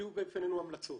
הופיעו בפנינו המלצות.